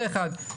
זה אחד.